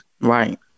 Right